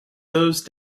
those